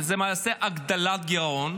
כשלמעשה זו הגדלת גירעון,